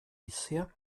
bisher